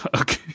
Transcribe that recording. Okay